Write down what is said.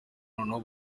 noneho